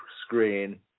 screen